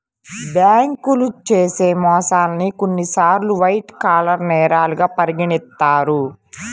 బ్యేంకులు చేసే మోసాల్ని కొన్నిసార్లు వైట్ కాలర్ నేరాలుగా పరిగణిత్తారు